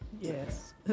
Yes